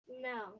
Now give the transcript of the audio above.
No